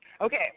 Okay